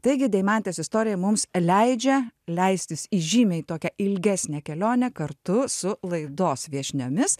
taigi deimantės istorija mums leidžia leistis į žymiai tokią ilgesnę kelionę kartu su laidos viešniomis